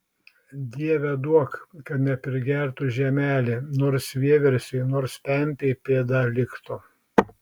dieve duok kad neprigertų žemelė nors vieversiui nors pempei pėda liktų